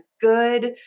good